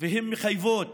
והן מחייבות